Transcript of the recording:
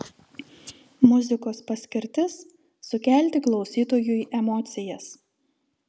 muzikos paskirtis sukelti klausytojui emocijas